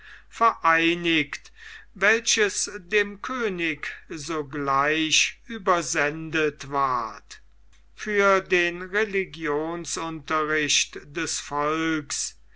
vereinigt welches dem könig sogleich übersendet war für den religionsunterricht des volks